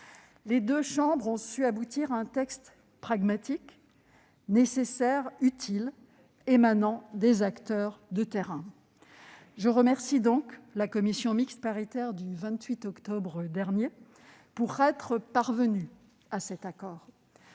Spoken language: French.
Les deux chambres ont su aboutir à un texte pragmatique, nécessaire, utile, émanant des acteurs de terrain. Je remercie donc la commission mixte paritaire qui s'est réunie le 28 octobre dernier d'être parvenue à cet accord.